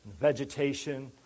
vegetation